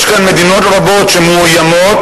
יש כאן מדינות רבות שמאוימות,